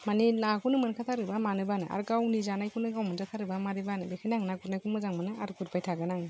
माने नाखौनो मोनखाथारोबा मानो बानो आरो गावनि जानायखौनो गाव मोनजाथारोबा मारै बानो बेखायनो आङो ना गुरनायखौ मोजां मोनो आरो गुरबाय थागोन आङो